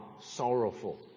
sorrowful